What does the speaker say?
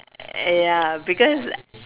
ya because